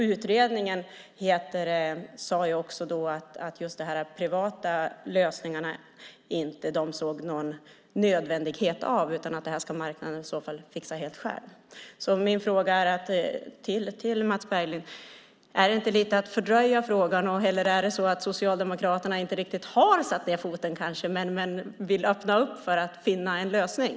Utredningen sade också att man inte såg någon nödvändighet av de privata lösningarna utan att marknaden ska fixa det här helt själv. Min fråga till Mats Berglind blir: Är det inte lite att fördröja frågan, eller är det kanske så att Socialdemokraterna inte riktigt har satt ned foten men vill öppna för att finna en lösning?